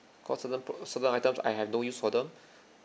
cause certain certain items I have no use for them